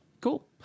Cool